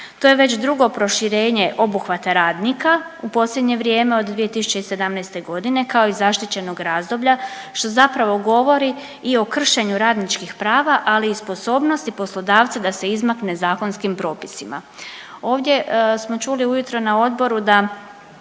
To je već drugo proširenje obuhvata radnika u posljednje vrijeme od 2017. godine kao i zaštićenog razdoblja što zapravo govori i o kršenju radničkih prava, ali i sposobnosti poslodavca da se izmakne zakonskim propisima. Ovdje smo čuli ujutro na odboru da